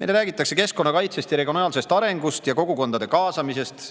Meile räägitakse keskkonnakaitsest, regionaalsest arengust ja kogukondade kaasamisest.